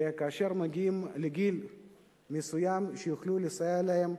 שכאשר הם מגיעים לגיל מסוים, יוכלו לסייע להם,